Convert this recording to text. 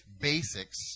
basics